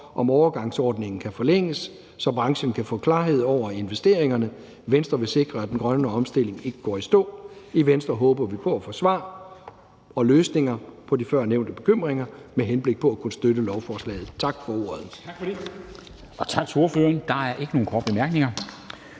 om overgangsordningen kan forlænges, så branchen kan få klarhed over investeringerne. Venstre vil sikre, at den grønne omstilling ikke går i stå. I Venstre håber vi på at få svar og finde løsninger på de førnævnte spørgsmål og bekymringer med henblik på at kunne støtte lovforslaget. Tak for ordet. Kl. 14:01 Formanden (Henrik Dam Kristensen): Tak til ordføreren. Der er ikke nogen korte bemærkninger,